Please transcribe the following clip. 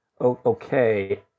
okay